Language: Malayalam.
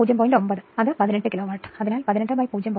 9 അത് 18 കിലോവാട്ട് അതിനാൽ 18 0